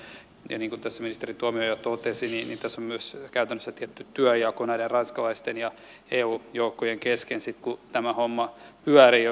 ja niin kuin tässä ministeri tuomioja totesi niin tässä on myös käytännössä tietty työnjako näiden ranskalaisten ja eu joukkojen kesken sitten kun tämä homma pyörii joskus myöhemmin keväällä